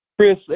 Chris